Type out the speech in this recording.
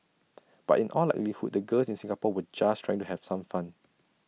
but in all likelihood the girls in Singapore were just trying to have some fun